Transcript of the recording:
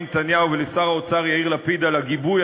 נתניהו ולשר האוצר יאיר לפיד על הגיבוי,